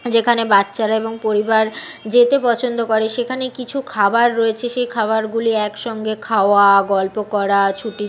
যেখানে বাচ্চারা এবং পরিবার যেতে পছন্দ করে সেখানে কিছু খাবার রয়েছে সে খাবারগুলি একসঙ্গে খাওয়া গল্প করা ছুটি